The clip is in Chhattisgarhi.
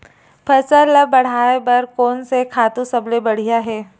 फसल ला बढ़ाए बर कोन से खातु सबले बढ़िया हे?